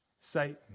Satan